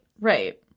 Right